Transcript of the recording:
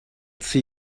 see